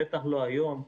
בטח לא היום.